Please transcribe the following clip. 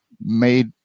made